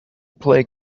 play